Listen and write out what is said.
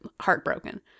heartbroken